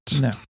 No